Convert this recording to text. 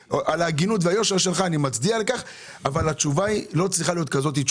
מצדיע על ההגינות והיושר שלך אבל התשובה לא צריכה להיות כזאת.